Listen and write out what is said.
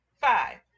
five